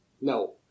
No